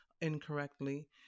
incorrectly